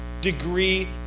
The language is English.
degree